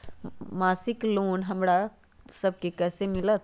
मासिक लोन हमरा लेवे के हई कैसे मिलत?